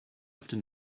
after